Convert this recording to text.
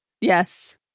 Yes